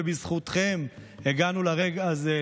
ובזכותכם הגענו לרגע הזה,